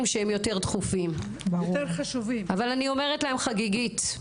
שהם יותר דחופים אבל אני אומרת להם חגיגית: